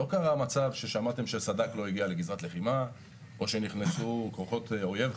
לא קרה מצב ששמעתם שסד"כ לא הגיע לגזרת לחימה או שנכנסו כוחות אויב,